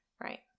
Right